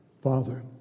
Father